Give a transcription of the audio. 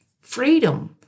Freedom